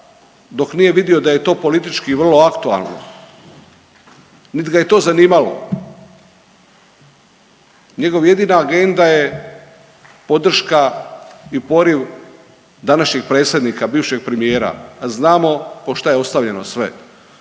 dok nije vidio da je to politički vrlo aktualno niti ga je to zanimalo. Njegov jedina agenda je podrška i poriv današnjeg predsjednika, bivšeg premijera, a znamo po šta je ostavljeno sve.